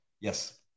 Yes